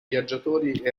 viaggiatori